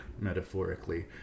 metaphorically